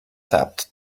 taped